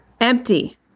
empty